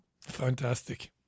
Fantastic